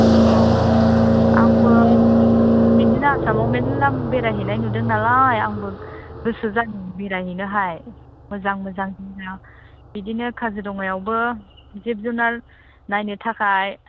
औ आंबो बिदिनो आसामाव मेल्ला बेरायहैनाय नुदों नालाय आंबो गोसो जादों बेरायहैनोहाय मोजां मोजां बिदिनो काजिरङायावबो जिब जुनार नायनो थाखाय